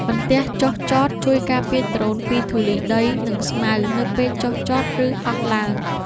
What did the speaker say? បន្ទះចុះចត ជួយការពារដ្រូនពីធូលីដី និងស្មៅនៅពេលចុះចត ឬហោះឡើង។